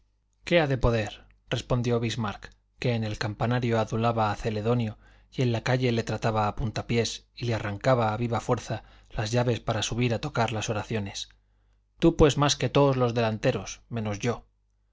ha de poder respondió bismarck que en el campanario adulaba a celedonio y en la calle le trataba a puntapiés y le arrancaba a viva fuerza las llaves para subir a tocar las oraciones tú pués más que toos los delanteros menos yo